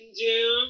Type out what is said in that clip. Doom